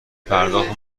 پرداخت